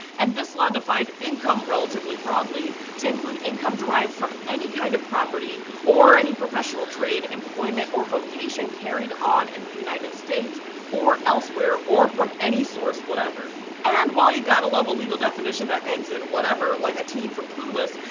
and this law defined income relatively broadly to include income derived from any kind of property, or any professional trade, employment, or vocation carried on in the united states or elsewhere or from any source whatever. and while you gotta love a legal definition that ends in whatever like a teen from clueless,